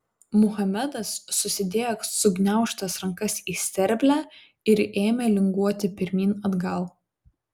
muhamedas susidėjo sugniaužtas rankas į sterblę ir ėmė linguoti pirmyn atgal